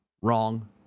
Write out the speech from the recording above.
Wrong